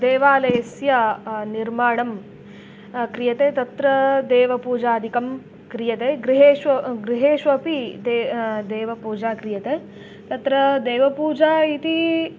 देवालयस्य निर्माणं क्रियते तत्र देवपूजादिकं क्रियते गृहेषु गृहेषु अपि दे देवपूजा क्रियते तत्र देवपूजा इति